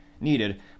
needed